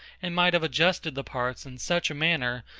and might have adjusted the parts in such a manner,